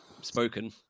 spoken